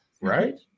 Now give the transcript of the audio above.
Right